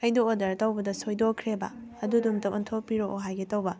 ꯑꯩꯗꯣ ꯑꯣꯗꯔ ꯇꯧꯕꯗ ꯁꯣꯏꯗꯣꯛꯈ꯭ꯔꯦꯕ ꯑꯗꯨꯗꯣ ꯑꯝꯇ ꯑꯣꯟꯊꯣꯛꯄꯤꯔꯛꯑꯣ ꯍꯥꯏꯒꯦ ꯇꯧꯕ